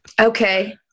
Okay